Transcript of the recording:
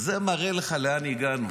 זה מראה לך לאן הגענו.